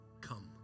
come